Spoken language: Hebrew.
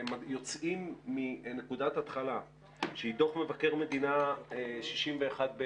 יוצאים מנקודת התחלה שהיא דוח מבקר המדינה 51ב